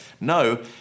No